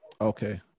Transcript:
Okay